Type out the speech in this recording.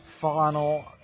final